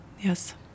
yes